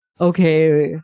okay